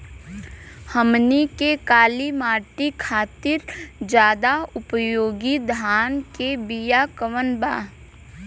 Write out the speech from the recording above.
हमनी के काली माटी खातिर ज्यादा उपयोगी धान के बिया कवन बा?